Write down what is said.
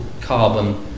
carbon